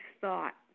thought